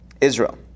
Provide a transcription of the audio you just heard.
Israel